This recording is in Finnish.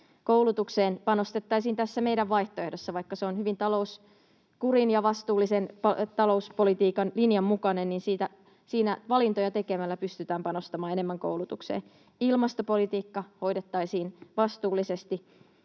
Koulutukseen panostettaisiin tässä meidän vaihtoehdossamme. Vaikka se on hyvin talouskurin ja vastuullisen talouspolitiikan linjan mukainen, siinä valintoja tekemällä pystytään panostamaan enemmän koulutukseen. Ilmastopolitiikka hoidettaisiin vastuullisesti,